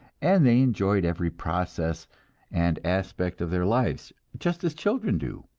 and they enjoyed every process and aspect of their lives, just as children do,